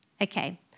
Okay